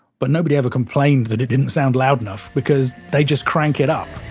but nobody ever complained that it didn't sound loud enough, because they just crank it up